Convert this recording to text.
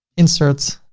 insert,